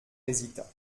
hésita